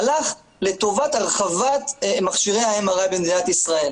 הלך לטובת מכשירי ה-MRI במדינת ישראל.